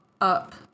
up